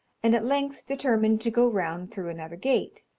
and at length determined to go round through another gate.